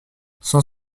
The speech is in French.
cent